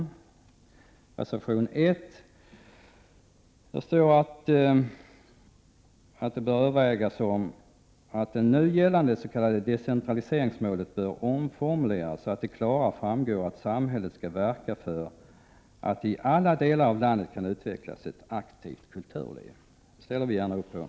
I reservation 1 står det att det är naturligt att överväga om det nu gällande s.k. decentraliseringsmålet bör omformuleras, så att det klarare framgår att samhället skall verka för att det i alla delar av landet kan utvecklas ett aktivt kulturliv. Detta ställer vi gärna upp på.